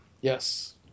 yes